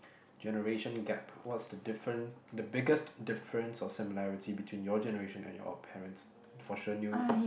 generation gap what's the different the biggest difference of similarity between your generation and your parents for sure new